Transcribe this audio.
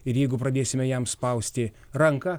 ir jeigu pradėsime jam spausti ranką